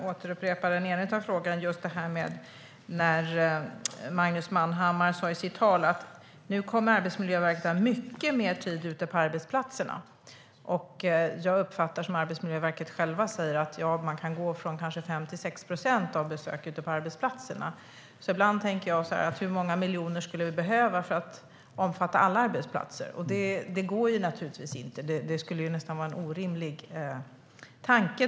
Herr talman! Då får jag återupprepa den ena av frågorna. Magnus Manhammar sa i sitt anförande att Arbetsmiljöverket nu kommer att ha mycket mer tid ute på arbetsplatserna. Jag uppfattar det så att man från Arbetsmiljöverket säger att man kan öka besöken på arbetsplatserna från 5 till 6 procent. Ibland undrar jag hur många miljoner det skulle behövas för att det ska omfatta alla arbetsplatser. Det går naturligtvis inte; det är en helt orimlig tanke.